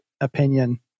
opinion